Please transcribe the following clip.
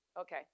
okay